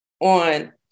on